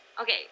Okay